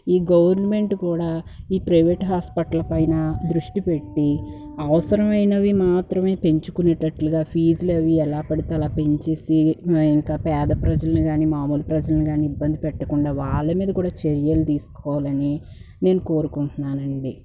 ఈ గవర్నమెంట్ కూడా ఈ ప్రవేట్ హాస్పిటల్లపైన దృష్టి పెట్టి అవసరమైనవి మాత్రమే పెంచుకునేటట్లుగా ఫీజులు అవి ఎలా పడితే అలా పెంచేసి ఇంకా పేద ప్రజలను కాని మామూలు ప్రజలను కానీ ఇబ్బంది పెట్టకుండా వాళ్ళ మీద కూడా చర్యలు తీసుకోవాలని నేను కోరుకుంటున్నానండి